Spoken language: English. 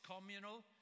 communal